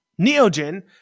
neogen